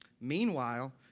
Meanwhile